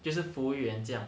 就是服务员这样